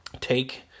take